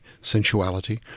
sensuality